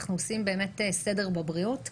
אנחנו באמת עושים סדר בבריאות,